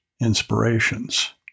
inspirations